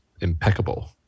impeccable